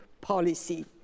Policy